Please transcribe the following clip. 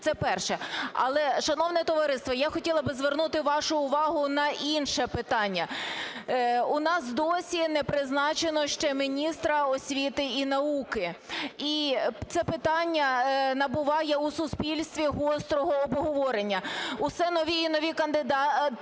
Це перше. Але, шановне товариство, я хотіла би звернути вашу увагу на інше питання. У нас досі не призначено ще міністра освіти і науки. І це питання набуває у суспільстві гострого обговорення. Усе нові і нові кандидатури,